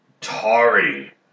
Tari